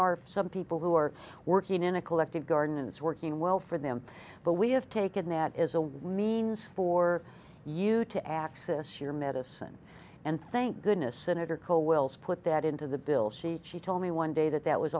are some people who are working in a collective garden and it's working well for them but we have taken that as a means for you to access your medicine and thank goodness senator kohl will put that into the bill she she told me one day that that was